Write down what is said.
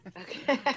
Okay